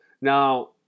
Now